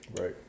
Right